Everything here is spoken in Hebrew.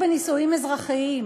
תומכים בנישואים אזרחיים,